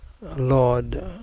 Lord